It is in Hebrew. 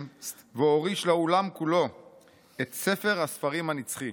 והוריש לעולם כולו את ספר הספרים הנצחי.